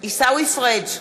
עיסאווי פריג'